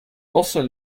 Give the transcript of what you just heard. also